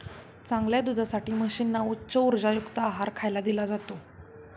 चांगल्या दुधासाठी म्हशींना उच्च उर्जायुक्त आहार खायला दिला जातो